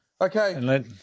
Okay